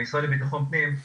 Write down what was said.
למשרד לבטחון פנים,